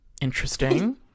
interesting